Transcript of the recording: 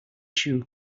shoe